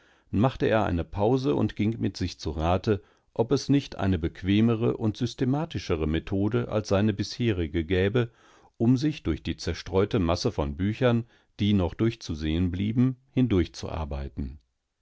machte er eine pause und ging mit sich zu rate ob es nicht eine bequemere und systematischere methode als seine bisherige gäbe um sich durch die zerstreutemassevonbüchern dienochdurchzusehenblieben hindurchzuarbeiten dasergebnisseinerbetrachtungenwar